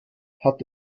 hat